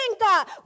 God